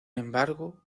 embargo